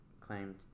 claimed